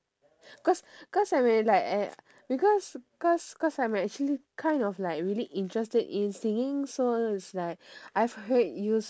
cause cause I'm at like at because cause cause I'm actually kind of like really interested in singing so it's like I've heard you